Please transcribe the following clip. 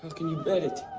can you bear it?